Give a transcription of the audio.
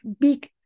big